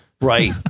Right